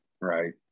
Right